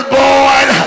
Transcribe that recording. born